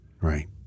Right